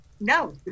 no